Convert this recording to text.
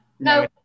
No